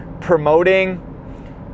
promoting